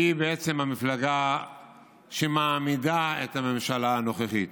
היא בעצם המפלגה שמעמידה את הממשלה הנוכחית.